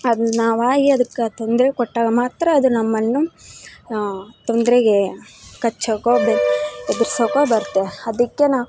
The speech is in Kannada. ಅದನ್ನ ನಾವಾಗೇ ಅದಕ್ಕ ತೊಂದರೆ ಕೊಟ್ಟಾಗ ಮಾತ್ರ ಅದು ನಮ್ಮನ್ನು ತೊಂದರೆಗೆ ಕಚ್ಚೋಕೋ ಬೆ ಹೆದರಿಸೋಕೋ ಬರುತ್ತೆ ಅದಕ್ಕೆ ನಾವು